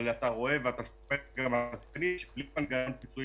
אבל אתה רואה ושומע שבלי מנגנון פיצויים